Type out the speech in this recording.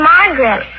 Margaret